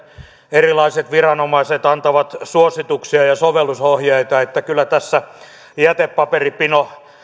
erilaiset viranomaiset antavat suosituksia ja sovellusohjeita että kyllä tässä jätepaperipino